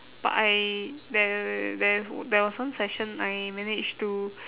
but I there there there was one session I managed to